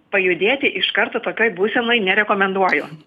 pajudėti iš karto tokioj būsenoj nerekomenduoju